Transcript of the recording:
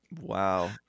Wow